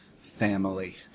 family